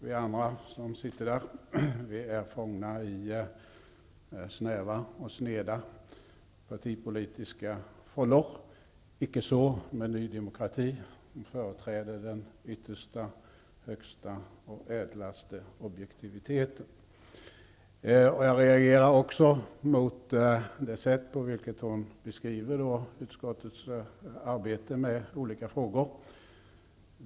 Vi andra som sitter i utskottet är fångna i snäva och sneda partipolitiska fållor. Icke så med Ny demokrati, som företräder den yttersta, högsta och ädlaste objektiviteten. Jag reagerar också mot det sätt på vilket hon beskriver utskottets arbete med olika frågor.